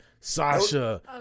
Sasha